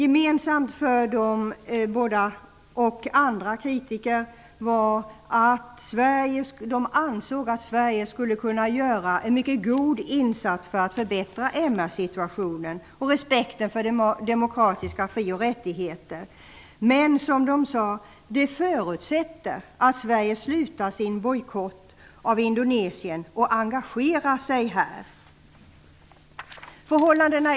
Gemensamt för dessa båda, och även andra, kritiker var att de ansåg att Sverige skulle kunna göra en mycket god insats för att förbättra MR-situationen och respekten för demokratiska fri och rättigheter. Men, som man sade, det förutsätter att Sverige upphör med sin bojkott av Indonesien och engagerar sig här. Herr talman!